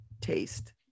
taste